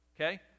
Okay